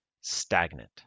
stagnant